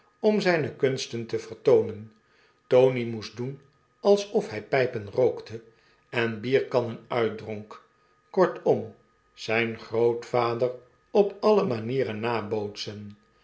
om zyne lcunsten te vertoonen tony moest doen alsof hjj pypen rookte en bierkannen uitdronk kortom zyn grootvader op alle manieren nabootsen